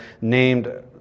named